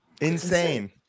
Insane